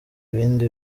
ibindi